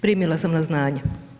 Primila sam na znanje.